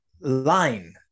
line